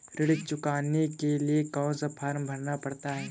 ऋण चुकाने के लिए कौन सा फॉर्म भरना पड़ता है?